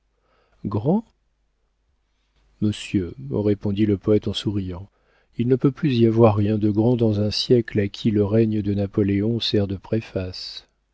monsieur répondit le poëte en souriant il ne peut plus y avoir rien de grand dans un siècle à qui le règne de napoléon sert de préface